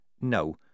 No